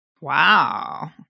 Wow